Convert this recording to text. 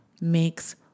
makes